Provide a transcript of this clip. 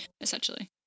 essentially